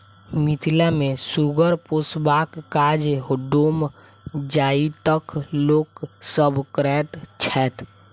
मिथिला मे सुगर पोसबाक काज डोम जाइतक लोक सभ करैत छैथ